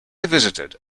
visited